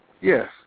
Yes